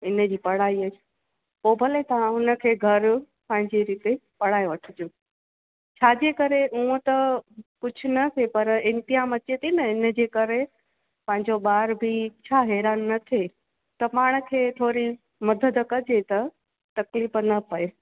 इन जी पढ़ाईअ पोइ भले तव्हां उन खे घरु पंहिंजे रीते पढ़ाए वठिजो छाजे करे ऊअं त कुझु न ते पर इंतिहानु अचे थी न इन जे करे पंहिंजो ॿार बि छा हैरानु न थिए त पाण खे थोरी मदद कजे त तकलीफ़ न पए